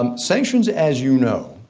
um sanctions, as you know,